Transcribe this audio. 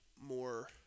more